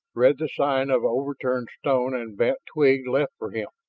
read the sign of overturned stone and bent twig left for him,